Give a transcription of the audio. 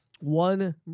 one